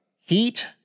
Heat